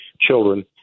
children